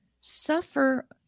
suffer